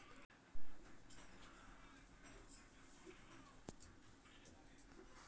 আলতর্জাতিক ইসট্যানডারডাইজেসল সংস্থা ইকট লিয়লতরলকারি মাল হিসাব ক্যরার পরিচালক